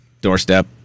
Doorstep